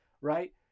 right